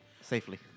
safely